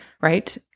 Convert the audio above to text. right